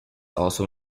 also